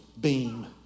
beam